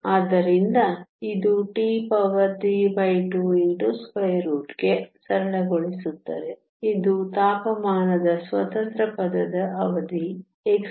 ಆದ್ದರಿಂದ ಇದು T32 ಗೆ ಸರಳಗೊಳಿಸುತ್ತದೆ ಇದು ತಾಪಮಾನದ ಸ್ವತಂತ್ರ ಪದದ ಅವಧಿ exp Eg2 k T